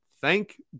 Thank